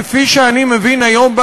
כפי שאני מבין היום,